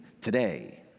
today